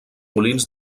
molins